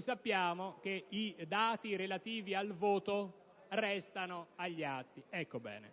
Sappiamo che i dati relativi al voto restano agli atti. Bene,